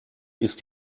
ist